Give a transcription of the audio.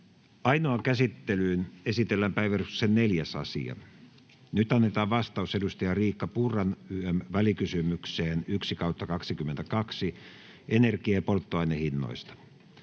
Ainoaan käsittelyyn esitellään päiväjärjestyksen 4. asia. Nyt annetaan vastaus Riikka Purran ym. välikysymykseen VK 1/2022 vp energia- ja polttoainehinnoista.